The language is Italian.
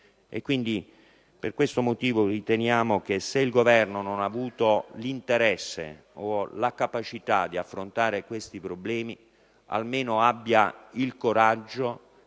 Quindi, riteniamo che, se il Governo non ha avuto l'interesse o la capacità di affrontare questi problemi, almeno debba avere il coraggio